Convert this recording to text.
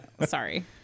Sorry